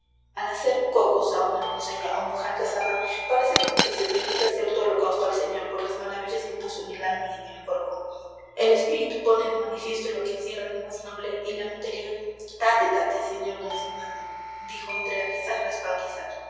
al hacer cocos a una doncella o mujer casada parece como que se tributa cierto holocausto al señor por las maravillas que puso en el alma y en el cuerpo el espíritu pone de manifiesto lo que encierra de más noble y la materia tate tate sr d fernando dijo entre risas respaldiza